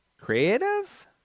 creative